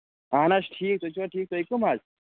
اَہَن حظ ٹھیٖک تُہۍ چھُوا ٹھیٖک تُہۍ کَم حظ